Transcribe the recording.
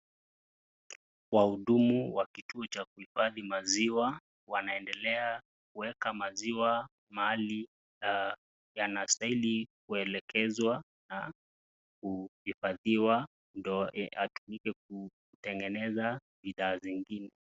Wahudumu wa kituo cha kuhifadhi maziwa wanaedelea kueka maziwa mahali yanastahili kuelekezwa na kuhifadhiwa ndio atumika kutegeneza bidhaa zingine.